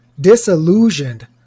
disillusioned